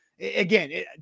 Again